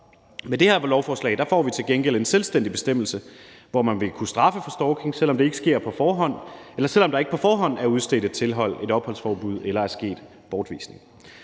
Med det her lovforslag får vi til gengæld en selvstændig bestemmelse, hvorefter man vil kunne straffe for stalking, selv om der ikke på forhånd er udstedt et tilhold eller et opholdsforbud eller er sket bortvisning.